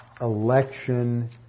election